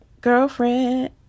girlfriend